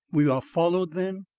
we are followed then?